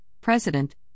President